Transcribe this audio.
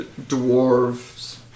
dwarves